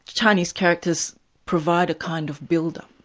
chinese characters provide a kind of buildup,